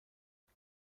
پنج